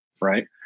right